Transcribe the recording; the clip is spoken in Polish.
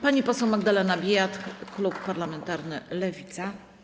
Pani poseł Magdalena Biejat, klub parlamentarny Lewica.